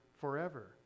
forever